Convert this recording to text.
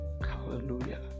Hallelujah